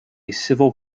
civil